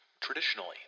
Traditionally